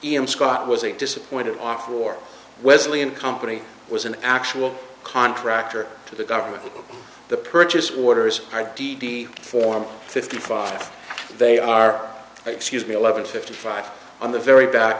in scott was disappointed off war wesley and company was an actual contractor to the government the purchase orders are d d form fifty five they are excuse me eleven fifty five on the very back